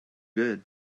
good